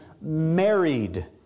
married